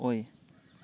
ꯑꯣꯏ